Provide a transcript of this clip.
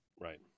right